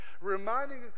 reminding